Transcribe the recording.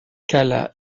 cala